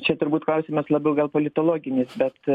čia turbūt klausimas labiau gal politologinis bet